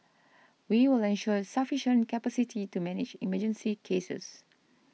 we will ensure sufficient capacity to manage emergency cases